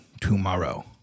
tomorrow